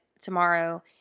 tomorrow